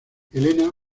helena